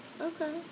okay